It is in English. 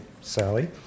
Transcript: Sally